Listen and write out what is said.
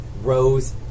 Rose